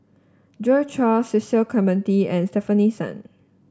Joi Chua Cecil Clementi and Stefanie Sun